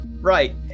right